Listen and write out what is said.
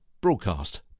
Broadcast